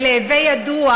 ולהווי ידוע,